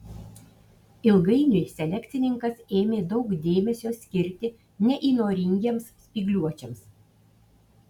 ilgainiui selekcininkas ėmė daug dėmesio skirti neįnoringiems spygliuočiams